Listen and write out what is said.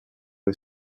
had